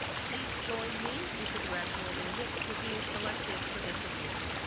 please join me in congratulating nic for being selected for this award.